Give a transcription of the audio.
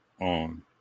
on